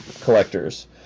collectors